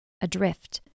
Adrift